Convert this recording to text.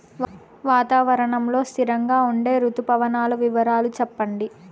వాతావరణం లో స్థిరంగా ఉండే రుతు పవనాల వివరాలు చెప్పండి?